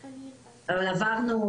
אבל עברנו,